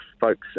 folks